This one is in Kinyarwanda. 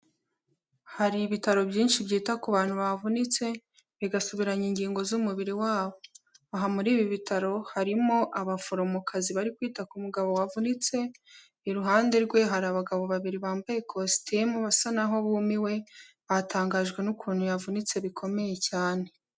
Hari ibitaro byinshi byita ku bantu bavunitse, bigasubiranya ingingo z'umubiri wabo. Aha muri ibi bitaro harimo abaforomokazi bari kwita ku mugabo wavunitse, iruhande rwe hari abagabo babiri bambaye kositimu basa n'aho bumiwe, batangajwe n'ukuntu yavunitse bikomeye cyane.